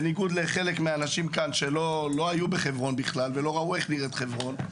בניגוד לחלק מהאנשים שלא היו בחברון ולא ראו איך נראית חברון.